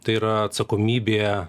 tai yra atsakomybė